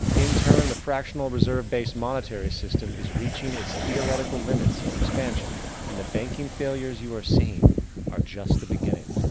in turn the fractional reserve based monetary system system is reaching it's theoretical limits of expansion and the banking failures you are seeing are just the beginning.